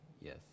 yes